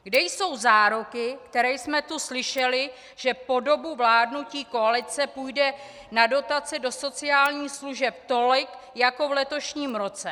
Kde jsou záruky, které jsme tu slyšeli, že po dobu vládnutí koalice půjde na dotace do sociálních služeb tolik jako v letošním roce?